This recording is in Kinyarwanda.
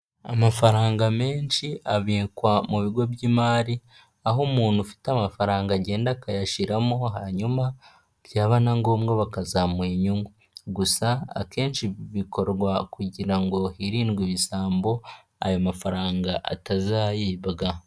Amafaranga menshi abikwa mu bigo by'imari, aho umuntu ufite amafaranga agenda akayashyiramo hanyuma byaba na ngombwa bakazamuha inyungu, gusa akenshi bikorwa kugira ngo hirindwe ibisambo aya mafaranga atazayibwa.